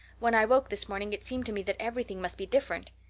when i woke this morning it seemed to me that everything must be different.